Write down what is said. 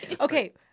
Okay